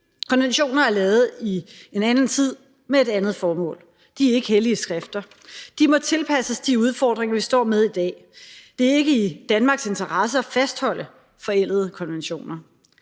Konventioner er lavet i en anden tid med et andet formål. De er ikke hellige skrifter. De må tilpasses de udfordringer, vi står med i dag. Det er ikke i Danmarks interesse at fastholde forældede konventioner.